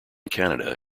canada